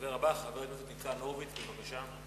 הדובר הבא, חבר הכנסת ניצן הורוביץ, בבקשה.